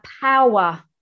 power